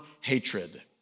Hatred